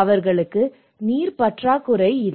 அவர்களுக்கு நீர் பற்றாக்குறை இல்லை